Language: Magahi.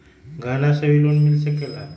गहना से भी लोने मिल सकेला?